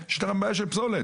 יש מעורבות טובה של ראש העיר,